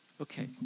Okay